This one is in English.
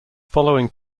following